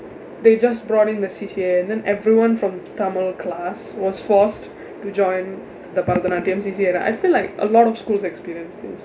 they just brought in the C_C_A and then everyone from tamil class was forced to join the பரதநாட்டியம்:barathanaatdiyam C_C_A lah I feel like a lot of schools experience this